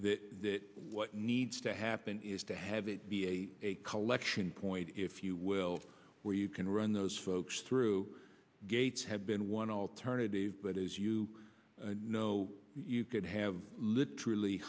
that what needs to happen is to have it be a collection point if you will where you can run those folks through gates have been one alternative but as you know you could have literally